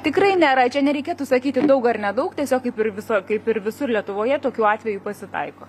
tikrai nėra čia nereikėtų sakyti daug ar nedaug tiesiog kaip ir visur kaip ir visur lietuvoje tokių atvejų pasitaiko